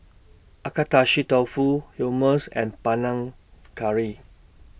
Agedashi Dofu Hummus and Panang Curry